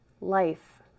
Life